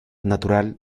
natural